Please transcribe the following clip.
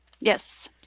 yes